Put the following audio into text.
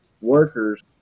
workers